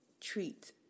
treat